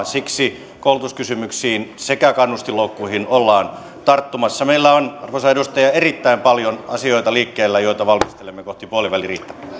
siksi koulutuskysymyksiin sekä kannustinloukkuihin ollaan tarttumassa meillä on arvoisa edustaja erittäin paljon liikkeellä asioita joita valmistelemme kohti puoliväliriihtä